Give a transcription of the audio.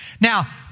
Now